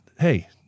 Hey